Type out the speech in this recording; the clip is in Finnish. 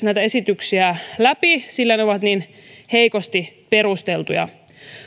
näitä esityksiä edes läpi sillä ne ovat niin heikosti perusteltuja